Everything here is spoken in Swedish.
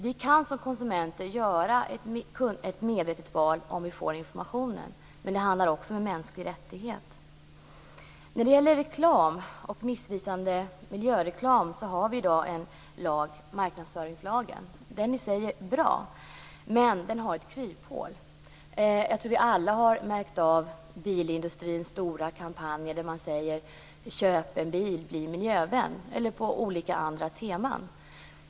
Vi kan som konsumenter göra ett medvetet val om vi får informationen, men det handlar också om en mänsklig rättighet. När det gäller missvisande miljöreklam har vi i dag en lag, marknadsföringslagen. Den är i sig bra, men den har ett kryphål. Jag tror att vi alla har märkt av bilindustrins stora kampanjer där man säger köp en bil - bli miljövän eller liknande teman.